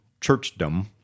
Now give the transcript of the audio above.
churchdom